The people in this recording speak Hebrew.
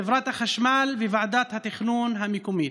חברת החשמל וועדת התכנון המקומית.